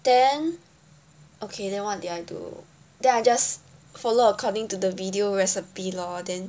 hmm okay then what did I do then I just follow according to the video recipe lor then